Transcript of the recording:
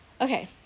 Okay